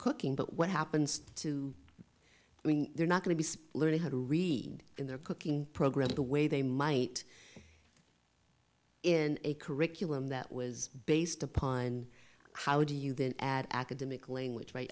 cooking but what happens to when they're not going to be splitting how to read in their cooking program the way they might in a curriculum that was based upon how do you then add academic language